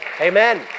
Amen